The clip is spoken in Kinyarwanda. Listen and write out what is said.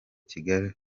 kigali